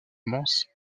immense